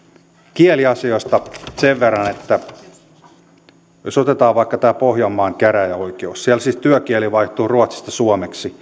kieliasioista sen verran että jos otetaan vaikka tämä pohjanmaan käräjäoikeus siellä siis työkieli vaihtuu ruotsista suomeksi